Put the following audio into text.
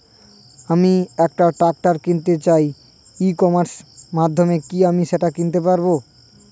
আমি একটা ট্রাক্টর কিনতে চাই ই কমার্সের মাধ্যমে কি আমি সেটা কিনতে পারব?